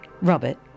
Robert